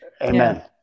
Amen